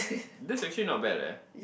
that's actually not bad eh